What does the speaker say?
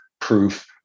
proof